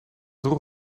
droeg